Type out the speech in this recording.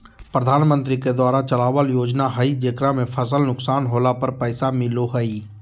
प्रधानमंत्री के द्वारा चलावल योजना हइ जेकरा में फसल नुकसान होला पर पैसा मिलो हइ